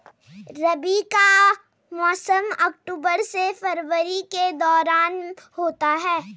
रबी का मौसम अक्टूबर से फरवरी के दौरान होता है